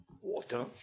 water